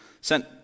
sent